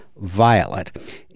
Violet